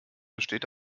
besteht